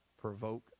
provoke